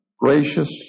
gracious